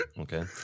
Okay